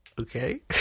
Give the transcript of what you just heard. Okay